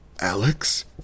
Alex